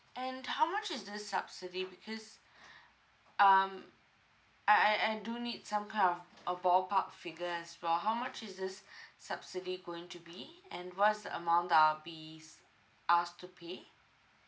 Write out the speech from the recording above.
and how much is this subsidy because um I I I do need some kind of a ballpark figure as well how much is this subsidy going to be and what is the amount that I'll be s~ asked to pay